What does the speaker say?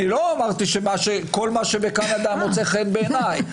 לא אמרתי שכל מה שבקנדה מוצא חן בעיניי,